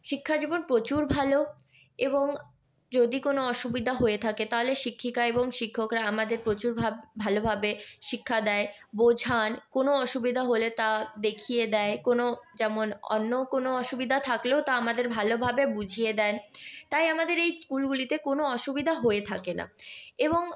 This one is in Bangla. শিক্ষা জীবন প্রচুর ভালো এবং যদি কোনও অসুবিধা হয়ে থাকে তাহলে শিক্ষিকা এবং শিক্ষকরা আমাদের প্রচুরভাব ভালোভাবে শিক্ষা দেয় বোঝান কোনও অসুবিধা হলে তা দেখিয়ে দেয় কোনও যেমন অন্য কোনও অসুবিধা থাকলেও তা আমাদের ভালোভাবে বুঝিয়ে দেন তাই আমাদের এই স্কুলগুলিতে কোনও অসুবিধা হয়ে থাকে না এবং